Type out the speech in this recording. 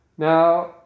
Now